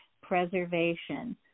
preservation